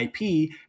IP